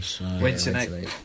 Wednesday